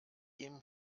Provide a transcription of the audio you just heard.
ihm